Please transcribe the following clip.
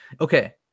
okay